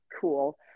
cool